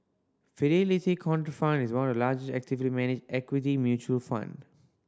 Fidelity Contrafund is one of the largest actively managed equity mutual fund